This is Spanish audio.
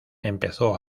empezó